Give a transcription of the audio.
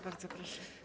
Bardzo proszę.